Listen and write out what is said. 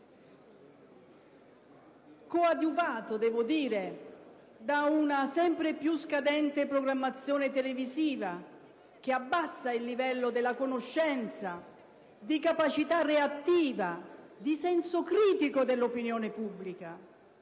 coadiuvato, devo dire, da una sempre più scadente programmazione televisiva, che abbassa il livello della conoscenza, di capacità reattiva, di senso critico dell'opinione pubblica.